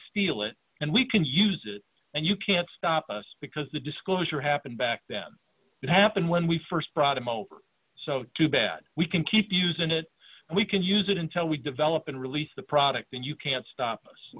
steal it and we can use it and you can't stop us because the disclosure happened back then it happened when we st brought him over so too bad we can keep using it and we can use it until we develop and release the product and you can't stop us